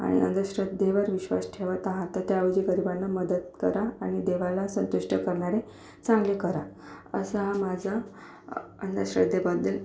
आणि अंधश्रद्धेवर विश्वास ठेवत आहात तर त्याऐवजी गरिबांना मदत करा आणि देवाला संतुष्ट करणारे चांगले करा असा माझा अं अंधश्रद्धेबद्दल